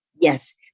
Yes